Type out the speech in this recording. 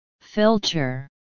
filter